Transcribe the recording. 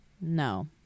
No